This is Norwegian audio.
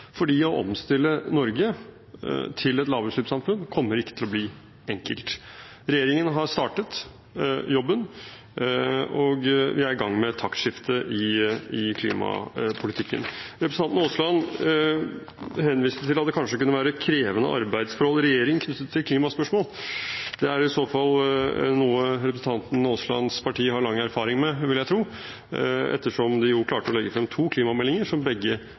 å omstille Norge til et lavutslippssamfunn kommer ikke til å bli enkelt. Regjeringen har startet jobben, og vi er i gang med et taktskifte i klimapolitikken. Representanten Aasland henviste til at det kanskje kunne være krevende arbeidsforhold i regjeringen knyttet til klimaspørsmål. Det er i så fall noe representanten Aaslands parti har lang erfaring med, vil jeg tro, ettersom de jo klarte å legge frem to klimameldinger, som begge